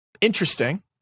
Interesting